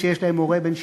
שיש להם הורה בין 70,